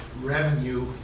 revenue